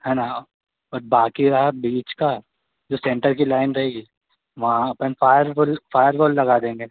है ना और बाक़ी रहा बीच का जो सेंटर की लाइन रहेगी वहाँ अपन फ़ायर फ़ायरवाॅल लगा देंगे